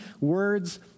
words